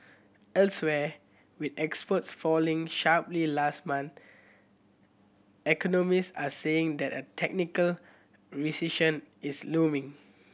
elsewhere with exports falling sharply last month economists are saying that a technical recession is looming